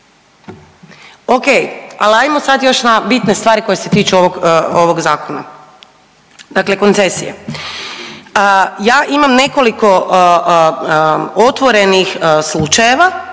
Ok, al ajmo sad još na bitne stvari ovog zakona. Dakle, koncesije, ja imam nekoliko otvorenih slučajeva